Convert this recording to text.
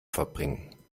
verbringen